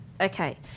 Okay